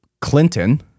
Clinton